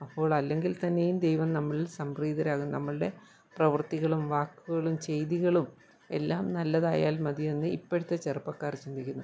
അപ്പോളല്ലെങ്കിൽ തന്നെയും ദൈവം നമ്മളിൽ സംപ്രീതരാകും നമ്മളുടെ പ്രവർത്തികളും വാക്കുകളും ചെയ്തികളും എല്ലാം നല്ലതായാൽ മതിയെന്ന് ഇപ്പോഴത്തെ ചെറുപ്പക്കാർ ചിന്തിക്കുന്നു